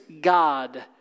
God